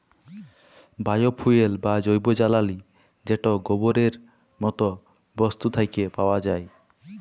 bio fuel বা জৈব জ্বালালী যেট গোবরের মত বস্তু থ্যাকে পাউয়া যায়